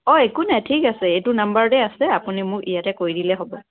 অ' একো নাই ঠিক আছে এইটো নম্বৰতে আছে আপুনি মোক ইয়াতে কৰি দিলে হ'ব